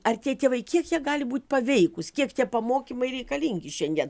ar tie tėvai kiek jie gali būt paveikūs kiek tie pamokymai reikalingi šiandien